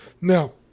Now